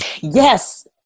Yes